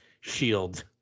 shield